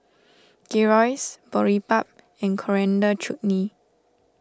Gyros Boribap and Coriander Chutney